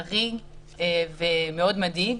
חריג ומאוד מדאיג,